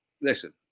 listen